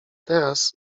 teraz